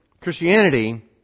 Christianity